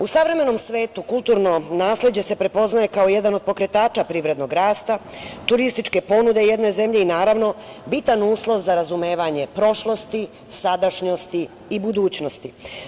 U savremenom svetu kulturno nasleđe se prepoznaje kao jedan od pokretača privrednog rasta, turističke ponude jedne zemlje i naravno bitan uslov za razumevanje prošlosti, sadašnjosti i budućnosti.